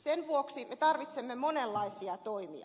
sen vuoksi me tarvitsemme monenlaisia toimia